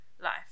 life